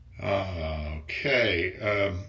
Okay